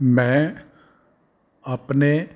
ਮੈਂ ਆਪਣੇ